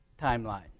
timeline